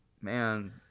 Man